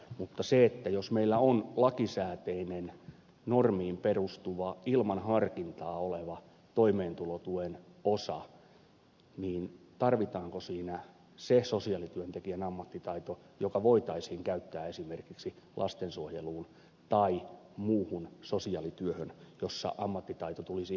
mutta jos meillä on lakisääteinen normiin perustuva ilman harkintaa oleva toimeentulotuen osa niin tarvitaanko siinä se sosiaalityöntekijän ammattitaito joka voitaisiin käyttää esimerkiksi lastensuojeluun tai muuhun sosiaalityöhön jossa ammattitaito tulisi hyödynnettyä paremmin